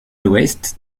l’ouest